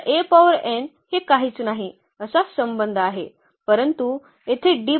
तर हे काहीच नाही असा संबंध आहे परंतु येथे आहे